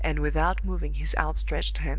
and without moving his outstretched hand.